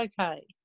okay